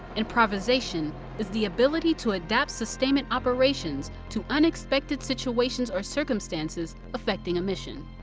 improvisation is the ability to adapt sustainment operations to unexpected situations or circumstances affecting a mission.